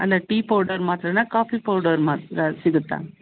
ಅಲ್ಲ tea powder ಮಾತ್ರನಾ coffee powder ಮಾತ್ರ ಸಿಗುತ್ತಾ